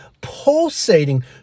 pulsating